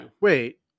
Wait